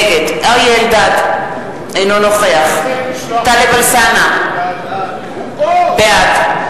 נגד אריה אלדד, אינו נוכח טלב אלסאנע, בעד הוא פה.